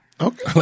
Okay